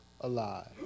alive